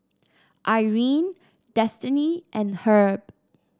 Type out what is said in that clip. Irene Destiney and Herb